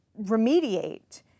remediate